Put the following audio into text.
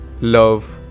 love